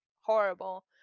horrible